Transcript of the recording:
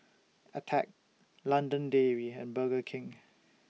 Attack London Dairy and Burger King